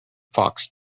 fox